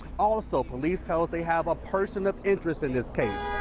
ah a so police tell us they have a person of interest in this case.